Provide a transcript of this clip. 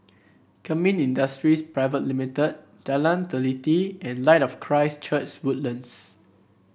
Kemin Industries Private Limit Jalan Teliti and Light of Christ Church Woodlands